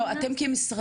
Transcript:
לא, אתם כמשרדים,